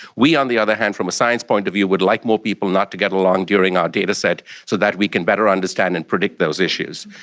we on the other hand from a science point of view would like more people not to get along during our dataset so that we can better understand and predict those issues.